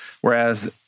Whereas